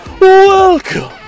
Welcome